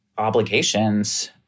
Obligations